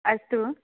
अस्तु